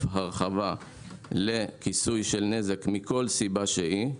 הרחבה לכיסוי של נזק מכל סיבה שהיא.